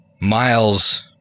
Miles